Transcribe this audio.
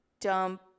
dump